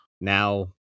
now